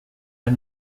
pas